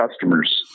customers